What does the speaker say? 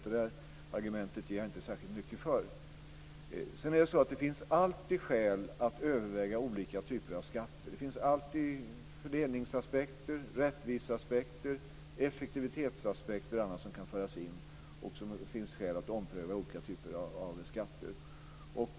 Därför ger jag inte särskilt mycket för det där argumentet. Det finns alltid skäl att överväga olika typer av skatter. Det finns alltid fördelningsaspekter, rättviseaspekter, effektivitetsaspekter och annat som kan föras in och som det finns skäl att ompröva när det gäller olika typer av skatter.